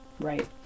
right